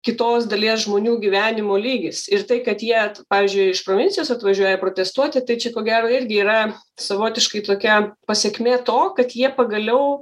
kitos dalies žmonių gyvenimo lygis ir tai kad jie pavyzdžiui iš provincijos atvažiuoja protestuoti tai čia ko gero irgi yra savotiškai tokia pasekmė to kad jie pagaliau